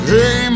Hey